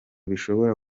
bishobora